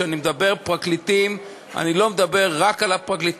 כשאני אומר "פרקליטים" אני לא מדבר רק על הפרקליטים,